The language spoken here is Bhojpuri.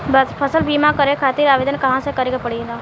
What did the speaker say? फसल बीमा करे खातिर आवेदन कहाँसे करे के पड़ेला?